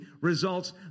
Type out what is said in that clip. results